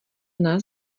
nás